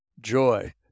joy